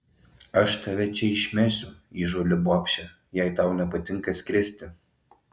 aš tave čia išmesiu įžūli bobše jei tau nepatinka skristi